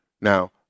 Now